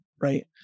Right